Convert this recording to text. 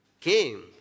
came